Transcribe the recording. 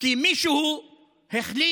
כי מישהו החליט